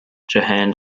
johann